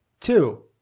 Two